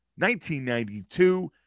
1992